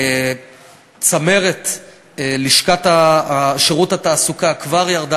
צמרת לשכת שירות התעסוקה כבר ירדה,